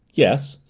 yes,